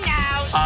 now